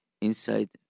inside